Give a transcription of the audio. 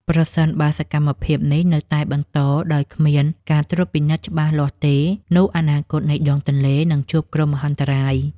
ប្រសិនបើសកម្មភាពនេះនៅតែបន្តដោយគ្មានការត្រួតពិនិត្យច្បាស់លាស់ទេនោះអនាគតនៃដងទន្លេនឹងជួបគ្រោះមហន្តរាយ។